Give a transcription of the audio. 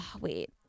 wait